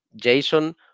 Jason